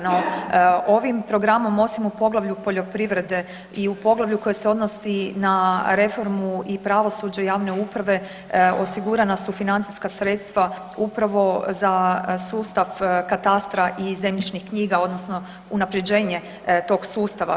No, ovim programom, osim u poglavlju poljoprivrede i u poglavlju koje se odnosi na reformu i pravosuđe javne uprave, osigurana su financijska sredstva upravo za sustav katastra i zemljišnih knjiga, odnosno unaprjeđenje tog sustava.